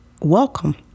welcome